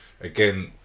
again